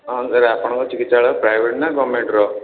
ହଁ ସାର୍ ଆପଣଙ୍କ ଚିକିତ୍ସାଳୟ ପ୍ରାଇଭେଟ୍ ନାଁ ଗଭର୍ଣ୍ଣମେଣ୍ଟର